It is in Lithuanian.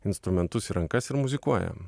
instrumentus į rankas ir muzikuoja